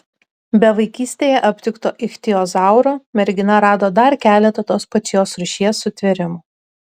be vaikystėje aptikto ichtiozauro mergina rado dar keletą tos pačios rūšies sutvėrimų